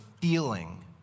feeling